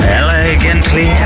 elegantly